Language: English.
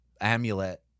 amulet